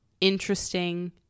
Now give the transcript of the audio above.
interesting